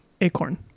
Acorn